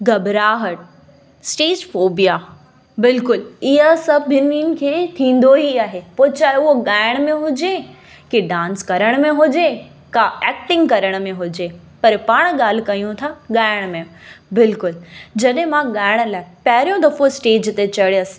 घबराहटु stage phobia बिल्कुलु इहा सभिनीनि थींदो ई आहे पोइ चाहे उहो ॻाएण में हुजे के डांस करण में हुजे का एक्टिंग करण में हुजे पर पाण ॻाल्हि कयूं था ॻाएण में बिल्कुलु जॾहिं मां ॻाएण लाइ पहिरियों दफ़ो स्टेज ते चढ़ियस